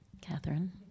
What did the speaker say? Catherine